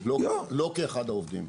לא כאחד העובדים.